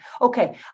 Okay